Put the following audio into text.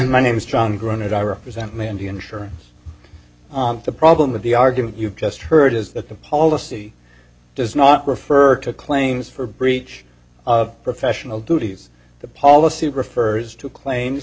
my name is john granted i represent mandy insurance the problem with the argument you've just heard is that the policy does not refer to claims for breach of professional duties the policy refers to claims